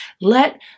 Let